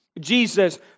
Jesus